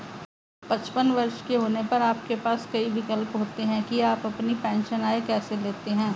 पचपन वर्ष के होने पर आपके पास कई विकल्प होते हैं कि आप अपनी पेंशन आय कैसे लेते हैं